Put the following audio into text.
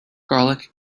garlic